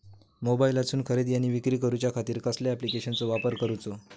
मोबाईलातसून खरेदी आणि विक्री करूच्या खाती कसल्या ॲप्लिकेशनाचो वापर करूचो?